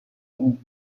dit